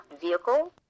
vehicle